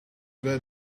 that